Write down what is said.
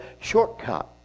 shortcut